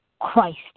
Christ